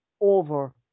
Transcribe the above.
over